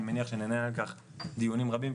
אני מניח שננהל על כך דיונים רבים,